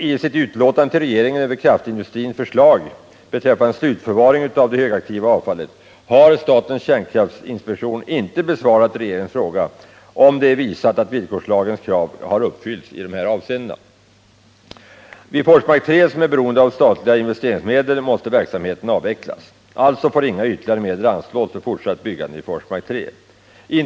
I sitt utlåtande till regeringen över kraftindustrins förslag beträffande slutförvaring av det högaktiva avfallet har statens kärnkraftinspektion inte besvarat regeringens fråga huruvida det är visat att villkorslagens krav i detta hänseende har uppfyllts. Vid Forsmark 3, som är beroende av statliga investeringsmedel, måste verksamheten avvecklas. Alltså får inga ytterligare medel anslås för fortsatt byggande vid Forsmark 3.